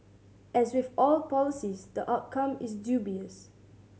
as with all policies the outcome is dubious